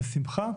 בשמחה,